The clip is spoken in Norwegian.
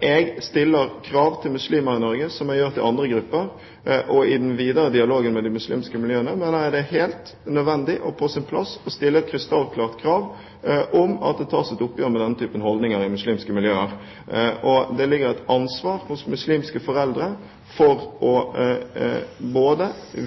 Jeg stiller krav til muslimer i Norge, som jeg gjør til andre grupper, og i den videre dialogen med de muslimske miljøene mener jeg det er helt nødvendig og på sin plass å stille et krystallklart krav om at det tas et oppgjør med den typen holdninger i muslimske miljøer. Det ligger et ansvar hos muslimske foreldre for å